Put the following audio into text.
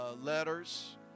letters